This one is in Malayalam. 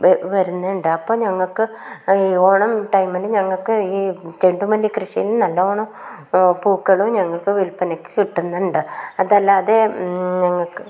വരുന്നുണ്ട് അപ്പോൾ ഞങ്ങൾക്ക് ഈ ഓണം ടൈമിൽ ഞങ്ങൾക്ക് ഈ ചെണ്ടുമല്ലി കൃഷിയിൽ നിന്ന് നല്ലോണം പൂക്കളും ഞങ്ങൾക്ക് വില്പനയ്ക്ക് കിട്ടുന്നുണ്ട് അതല്ലാതെ ഞങ്ങൾക്ക്